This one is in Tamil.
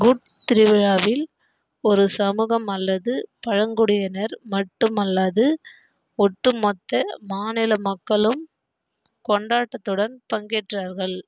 குட் திருவிழாவில் ஒரு சமூகம் அல்லது பழங்குடியினர் மட்டும் அல்லாது ஒட்டுமொத்த மாநில மக்களும் கொண்டாட்டத்துடன் பங்கேற்றார்கள்